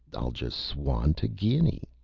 i'll jest swan to guinney!